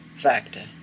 factor